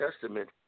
Testament